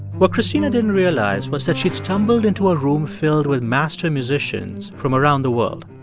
what cristina didn't realize was that she'd stumbled into a room filled with master musicians from around the world.